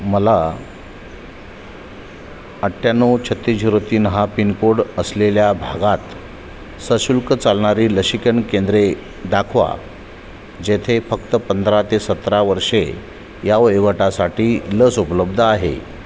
मला अठ्ठ्याण्णव छत्तीस झिरो तीन हा पिनकोड असलेल्या भागात सशुल्क चालणारी लसीकरण केंद्रे दाखवा जेथे फक्त पंधरा ते सतरा वर्षे या वयोगटासाठी लस उपलब्ध आहे